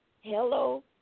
Hello